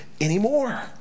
anymore